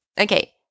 Okay